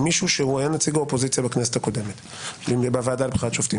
אם מישהו שהוא היה נציג האופוזיציה בכנסת הקודמת ובוועדה לבחירת שופטים